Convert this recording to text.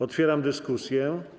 Otwieram dyskusję.